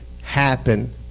happen